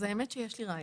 האמת שיש לי רעיון,